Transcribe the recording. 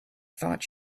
thought